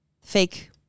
fake